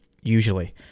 usually